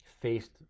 faced